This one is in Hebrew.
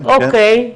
כן,